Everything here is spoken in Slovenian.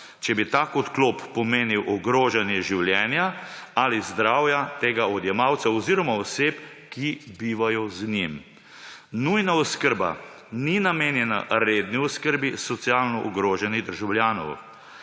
če bi tak odklop pomenil ogrožanje življenja ali zdravja tega odjemalca oziroma oseb, ki bivajo z njim. Nujna oskrba ni namenjena redni oskrbi socialno ogroženih državljanov.